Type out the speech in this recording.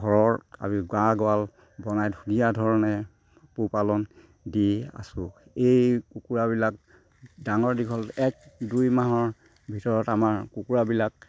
ঘৰৰ আমি গা গঁৰাল বনাই ধুনীয়া ধৰণে পোহপালন দি আছোঁ এই কুকুৰাবিলাক ডাঙৰ দীঘল এক দুই মাহৰ ভিতৰত আমাৰ কুকুৰাবিলাক